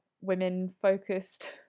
women-focused